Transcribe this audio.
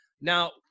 Now